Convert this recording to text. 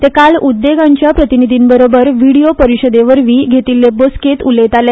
ते काल उद्देगांच्या प्रतिनिधी बरोबर व्हिडियो परिशदे वरवीं घेतिल्ले बसकेंत उलयताले